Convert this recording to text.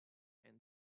and